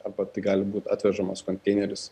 arba tai gali būt atvežamas konteineris